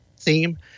theme